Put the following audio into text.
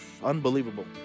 Unbelievable